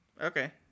Okay